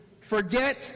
forget